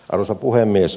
arvoisa puhemies